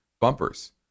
bumpers